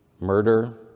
murder